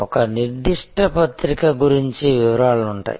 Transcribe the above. ఒక నిర్దిష్ట పత్రిక గురించి వివరాలు ఉంటాయి